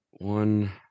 One